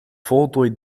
voltooid